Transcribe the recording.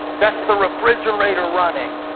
that's the refrigerator running.